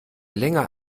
länger